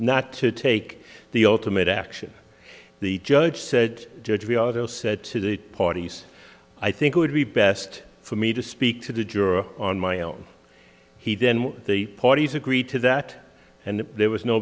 not to take the ultimate action the judge said judge we are all said to the parties i think it would be best for me to speak to the juror on my own he then the parties agreed to that and there was no